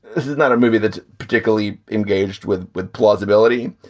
this is not a movie that's particularly engaged with with plausibility.